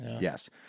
yes